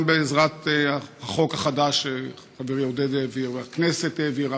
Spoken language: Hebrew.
גם בעזרת החוק החדש שחברי עודד העביר והכנסת העבירה,